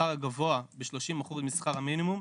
שכר גבוה ב-30% משכר המינימום.